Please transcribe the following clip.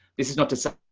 this is not to say.